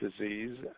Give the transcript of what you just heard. disease